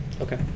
Okay